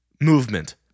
movement